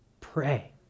pray